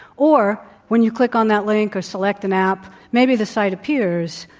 or when you click on that link or select an app, maybe the site appears,